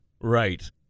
Right